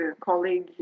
colleague